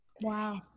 Wow